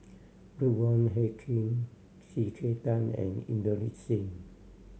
Ruth Wong Hie King C K Tang and Inderjit Singh